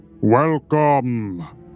Welcome